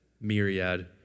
myriad